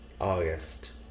August